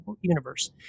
universe